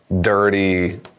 dirty